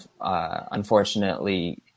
unfortunately